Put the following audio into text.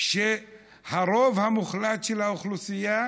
שהרוב המוחלט של האוכלוסייה